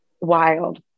wild